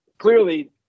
Clearly